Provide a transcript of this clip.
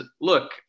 look